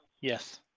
Yes